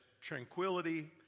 tranquility